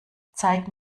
zeige